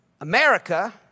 America